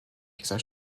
dieser